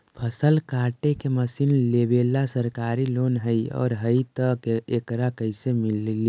फसल काटे के मशीन लेबेला सरकारी लोन हई और हई त एकरा कैसे लियै?